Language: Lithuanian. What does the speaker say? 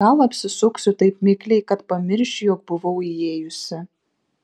gal apsisuksiu taip mikliai kad pamiršiu jog buvau įėjusi